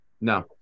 No